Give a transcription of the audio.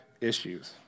issues